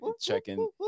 checking